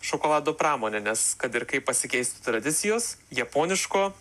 šokolado pramonė nes kad ir kaip pasikeistų tradicijos japoniško